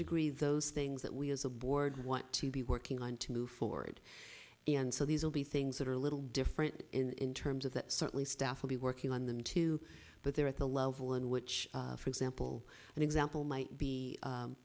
degree those things that we as a board want to be working on to move forward and so these will be things that are a little different in terms of that certainly staff will be working on them too but they're at the level in which for example an example might be